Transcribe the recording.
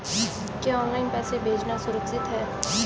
क्या ऑनलाइन पैसे भेजना सुरक्षित है?